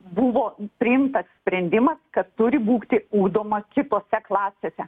buvo priimtas sprendimas kad turi būti ugdoma kitose klasėse